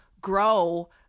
grow